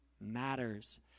matters